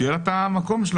שיהיה לה את המקום שלה.